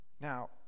Now